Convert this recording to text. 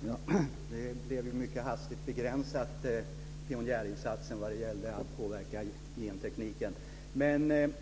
Fru talman! Det blev en mycket hastig begränsning av pionjärinsatsen vad gäller att påverka gentekniken. Lotta Nilsson-Hedström